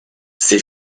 ses